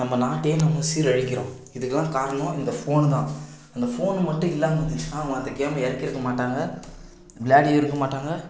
நம்ம நாட்டையே நம்ம சீரழிக்கிறோம் இதற்கெல்லாம் காரணம் இந்த ஃபோன் தான் இந்த ஃபோன்னு மட்டும் இல்லாமல் இருந்துச்சுனா அவங்க அந்த கேமை இறக்கிருக்கமாட்டாங்க விளையாடியும் இருக்கமாட்டாங்க